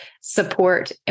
support